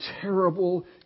terrible